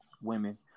women